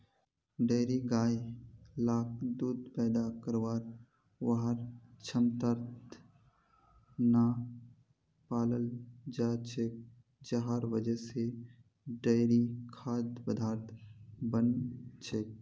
dairy गाय लाक दूध पैदा करवार वहार क्षमतार त न पालाल जा छेक जहार वजह से डेयरी खाद्य पदार्थ बन छेक